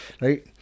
right